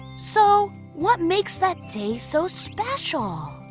so, what makes that day so special?